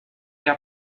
der